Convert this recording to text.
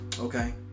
okay